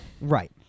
Right